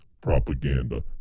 propaganda